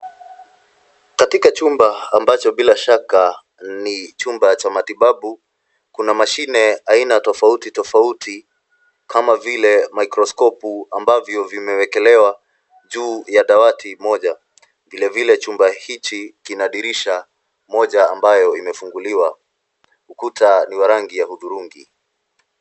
Katika chumba ambacho bila shaka ni chumba cha matibabu, kuna mashine aina tofauti tofauti, kama vile microscopu ambavyo vimewekelewa juu ya dawati moja. Vilevile, chumba hichi kina dirisha moja ambayo imefunguliwa. Ukuta ni wa rangi ya hudhurungi.